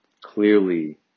clearly